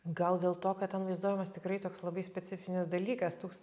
gal dėl to kad ten vaizduojamas tikrai toks labai specifinis dalykas tūks